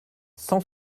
cent